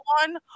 one